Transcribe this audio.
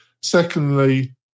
Secondly